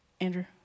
Andrew